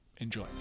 Enjoy